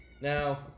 Now